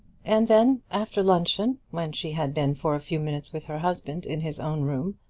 and then, after luncheon, when she had been for a few minutes with her husband in his own room,